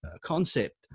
concept